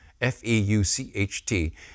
F-E-U-C-H-T